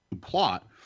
plot